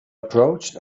approached